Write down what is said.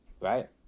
right